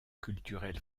culturelle